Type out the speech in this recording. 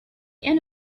end